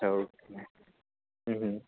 okay hmm हं